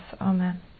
Amen